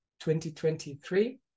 2023